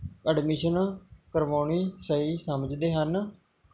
admission ਕਰਵਾਉਣੀ ਸਹੀ ਸਮਝਦੇ ਹਨ